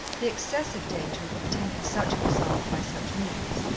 the excessive danger of obtaining such a result by such means.